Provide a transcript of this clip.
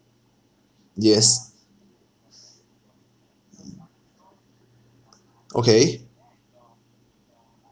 yes okay